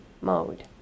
mode